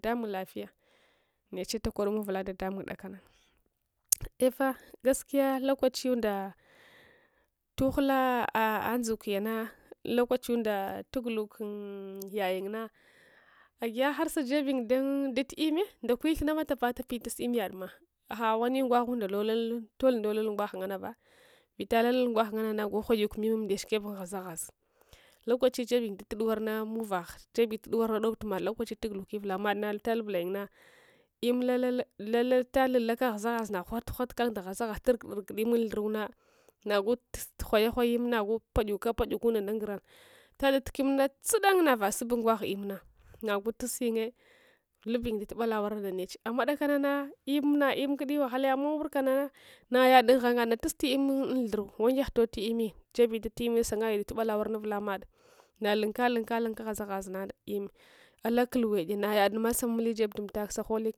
Ɗaɗamung lafiya neche takodumow uvula ɗaɗamung ɗakana eh’ fah gaskiya lokachinda tugulukun yayun na agiya harsajibiyum dantatu lmma ndakawithamma tapa tapi tus im yadma aha wani ngwaghunda tolul tol ndotul ngwa gu ngansba vitalalal gwagh ngananogu ghwayukan lm shukeb umdiyaun guazaghez lokachiya jebyung da tud ngwang muvagh jebitud gnwarna na dostumad lokachiya tuguluke uvula madna vita lublayungna im la- lalal vutalalaka ghazaghszna huthul kaknda ghaza ghazna tunigudun rugud im unthurgunna nagu ghwaye ghwaya im nagu payuka palkwa unda ngura vita datuka lmuna tsudanga navaha na sup ungwah lmuna nagu tusyunhpyun ndalu bala warna ndeche amma dakanana lmna lmkudi wahala ya amma unwurkana naya dun ghangeda tusti im unthurng wangeh toti lmmi jebi dat immi sungwahe dadbcla ngwarna davula mad nalunka lunka lunka ghaza ghazna im ala kulwe'ina nayadma samam uli les dun umlak saholit